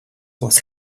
was